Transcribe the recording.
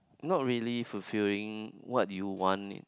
not really fulfilling what you want